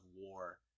war